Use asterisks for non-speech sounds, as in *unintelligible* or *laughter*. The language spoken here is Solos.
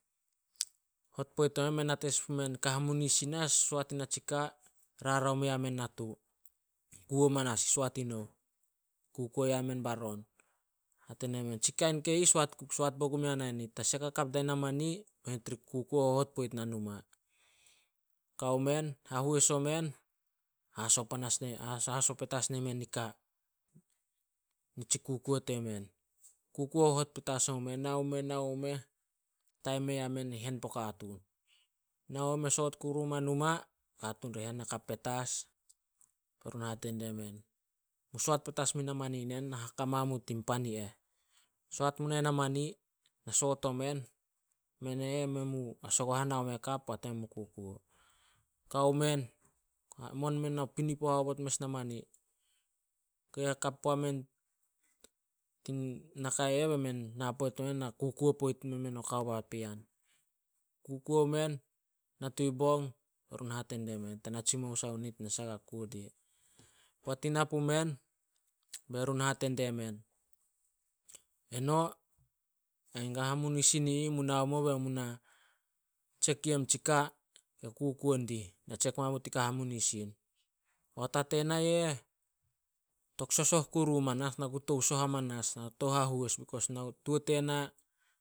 Hot poit pume men, mei nate pumen kao hamunisin as soat ina tsika, rarao me yamen natu. Kuo manas soat i nouh. Kukuo yamen baron. Hate nemen, "Tsi kain kai ih soat- soat bo gumea nit. Ta sek hakap dai na mani be nit ri kukuo hohot poit nah numa." Kao men, hahois omen, haso *unintelligible* petas nai men nika, nitsi kukuo temen. Kukuo hohot petas omu meh. Nao mu meh, nao mu meh, taim me yamen i hen puo katuun. Nao mu meh, me soot kuru omai numa, katuun ri hen hakap petas. Be run hate die men, mu soat petas mui na mani nen, na haka mamu tin pan i eh. Soat mu nai na mani, na soot omen, mene eh, men mu hasagohan haome hakap poat emen mu kukuo. Kao men, mon muo pinipo haobot mes na mani. Ok, hakap puamen tin naka eh, bai men na poit omen na kukuo poit me men o gao papean. Kukuo men, natui bong be run hate die men, ta na tsimou sai onit nasah ka kuo dia. Poat ina pumen, be run hate die men, eno ain kan hamunisin i ih, mu nao muo be mu muna tsek yem tsika ke kukuo dih. Na tsek mamu tin kan hamunisin. *unintelligible* ta tena yu eh, toksosoh kuru manas, na ku tou soh amanas, na ku tou hahois bekos *unintelligible* tuo tena